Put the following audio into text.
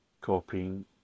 copying